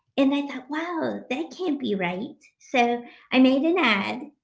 and i thought, wow, that can't be right. so i made an ad,